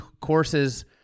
courses